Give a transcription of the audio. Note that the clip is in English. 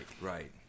right